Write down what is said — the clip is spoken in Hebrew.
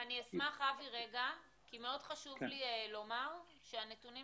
אני אשמח כי מאוד חשוב לי לומר שהנתונים